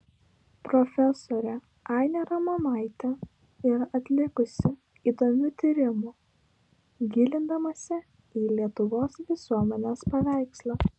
profesorė ainė ramonaitė yra atlikusi įdomių tyrimų gilindamasi į lietuvos visuomenės paveikslą